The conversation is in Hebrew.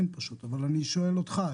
אין פשוט, אבל אני שואל אותך.